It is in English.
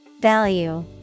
Value